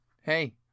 Hey